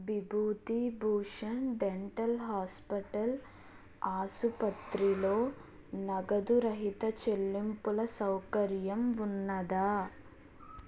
Bibhuti Bhushan dental hospital ఆసుపత్రిలో నగదురహిత చెల్లింపుల సౌకర్యం ఉన్నదా